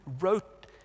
wrote